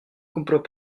comprends